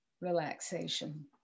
relaxation